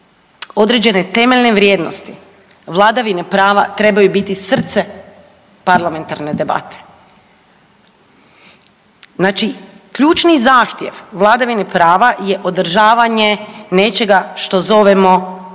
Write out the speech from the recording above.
određene temeljne vrijednosti vladavine prava trebaju biti srce parlamentarne debate. Znači ključni zahtjev vladavine prava je održavanje nečega što zovemo